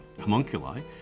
homunculi